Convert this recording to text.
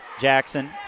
Jackson